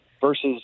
versus